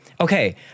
Okay